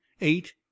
eight